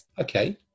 okay